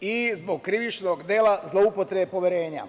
i zbog krivičnog dela zloupotrebe poverenja.